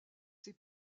ses